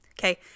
okay